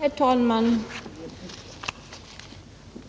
Herr talman!